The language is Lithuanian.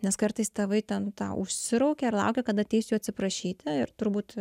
nes kartais tėvai ten tą užsiraukia ir laukia kad ateis jų atsiprašyti ir turbūt